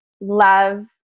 love